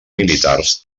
militars